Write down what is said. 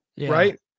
Right